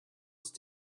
ist